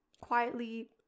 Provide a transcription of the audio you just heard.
quietly